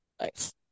Nice